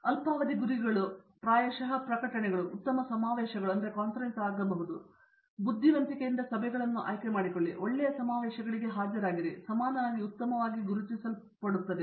ಅಲ್ಪಾವಧಿ ಗುರಿಗಳು ಪ್ರಾಯಶಃ ಪ್ರಕಟಣೆಗಳು ಉತ್ತಮ ಸಮಾವೇಶಗಳು ಇರಬಹುದು ಬುದ್ಧಿವಂತಿಕೆಯಿಂದ ಸಭೆಗಳನ್ನು ಆಯ್ಕೆ ಮಾಡಿಕೊಳ್ಳಿ ಒಳ್ಳೆಯ ಸಮಾವೇಶಗಳಿಗೆ ಹಾಜರಾಗಿರಿ ಅದು ಸಮಾನವಾಗಿ ಉತ್ತಮವಾಗಿ ಗುರುತಿಸಲ್ಪಟ್ಟಿದೆ ಅದು ಯಾವುದೇ ಕಾನ್ಫರೆನ್ಸ್ ಅಲ್ಲ